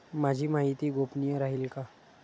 माझी माहिती गोपनीय राहील का?